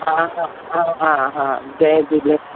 हा हा हा हा जय झूलेलाल